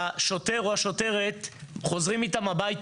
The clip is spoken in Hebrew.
משטרת ישראל על מנת שיתנו שירות לכל אחד